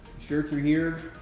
shirts are here